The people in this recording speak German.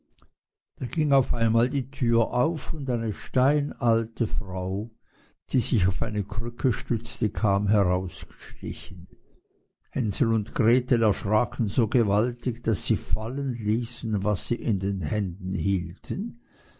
da ging auf einmal die türe auf und eine steinalte frau die sich auf eine krücke stützte kam herausgeschlichen hänsel und gretel erschraken so gewaltig daß sie fallen ließen was sie in den händen hielten